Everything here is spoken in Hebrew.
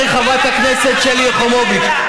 אחרי חברת הכנסת שלי יחימוביץ.